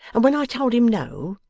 and when i told him no,